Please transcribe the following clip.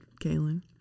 Kaylin